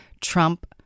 Trump